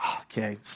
Okay